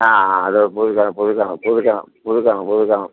ആ ആ അത് പുതുക്കണം പുതുക്കണം പുതുക്കണം പുതുക്കണം പുതുക്കണം